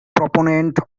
proponent